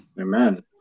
Amen